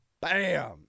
Bam